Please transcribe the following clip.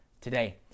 today